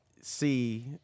see